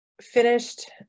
finished